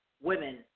women